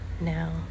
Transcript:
now